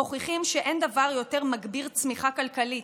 מוכיחים שאין דבר יותר מגביר צמיחה כלכלית,